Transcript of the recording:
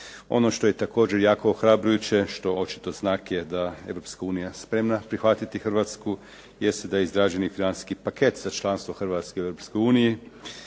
Ono što je također jako ohrabrujuće što je očito znak da je Europska unija spremna prihvatiti Hrvatsku, jest da je izrađen i financijski paket za članstvo Hrvatske u